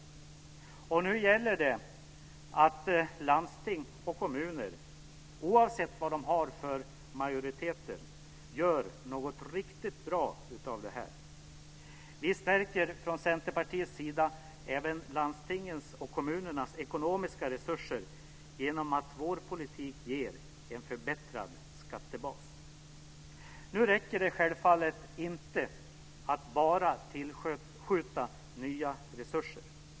Nu gäller det att landsting och kommuner, oavsett vem som är i majoritet, gör något riktigt bra av detta. Vi stärker från Centerpartiets sida även landstingens och kommunernas ekonomiska resurser genom att vår politik ger en förbättrad skattebas. Nu räcker det självfallet inte att bara tillföra nya resurser.